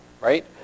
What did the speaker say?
right